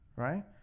right